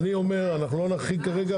אנחנו לא נחריג כרגע.